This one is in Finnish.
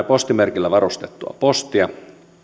postimerkillä varustettua postia